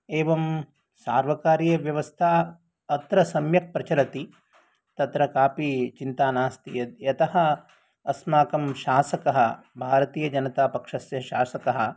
एवं सार्वकारीयव्यवस्था अत्र सम्यक् प्रचलति तत्र कापि चिन्ता नास्ति यतः अस्माकं शासकः भारतीय जनता पक्षस्य शासकः